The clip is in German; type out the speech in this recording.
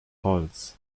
holz